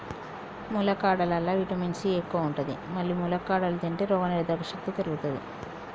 ములక్కాడలల్లా vitamin C ఎక్కువ ఉంటది మల్లి ములక్కాడలు తింటే రోగనిరోధక శక్తి పెరుగుతది